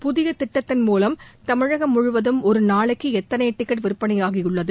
புதிய திட்டத்தின் மூவம் தமிழகம் முழுவதும் ஒரு நாளைக்கு எத்தனை டிக்கெட் விற்பனையாகியுள்ளது